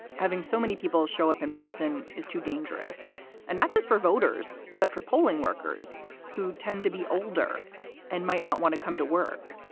having so many people show up in person is too dangerous and not just for voters, but for polling workers who tend to be older and might not want to come to work.